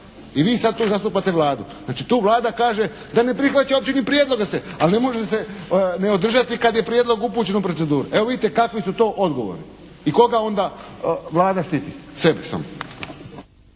I vi sad tu zastupate Vladu. Znači tu Vlada kaže da ne prihvaća uopće ni prijedlog da se, ali ne može se ne održati kad je prijedlog upućen u proceduru. Evo vidite kakvi su to odgovori. I koga onda Vlada štiti? Sebe samo.